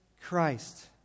Christ